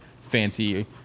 fancy